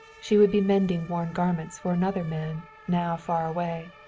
she would be mending worn garments for another man, now far away.